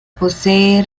posee